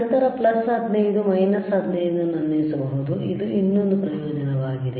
ನಂತರ 15 15 ಅನ್ನು ಅನ್ವಯಿಸಬಹುದು ಇದು ಇನ್ನೊಂದು ಪ್ರಯೋಜನವಾಗಿದೆ